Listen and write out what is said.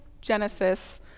Genesis